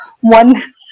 one